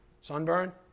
Sunburn